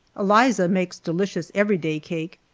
eliza makes delicious every-day cake,